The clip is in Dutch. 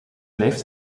blijft